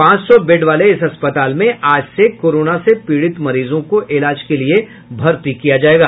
पांच सौ बेड वाले इस अस्पताल में आज से कोरोना से पीड़ित मरीजों को इलाज के लिये भर्ती किया जायेगा